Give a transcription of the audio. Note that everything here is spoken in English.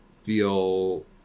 feel